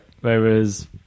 Whereas